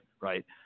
right